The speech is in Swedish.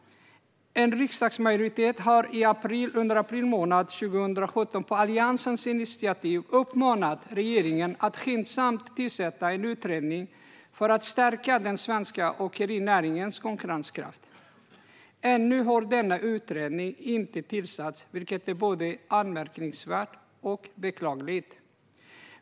En riksdagsmajoritet uppmanade i april 2017 på Alliansens initiativ regeringen att skyndsamt tillsätta en utredning för att stärka den svenska åkerinäringens konkurrenskraft. Ännu har denna utredning inte tillsatts, vilket är både anmärkningsvärt och beklagligt.